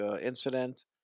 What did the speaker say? incident